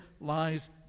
lies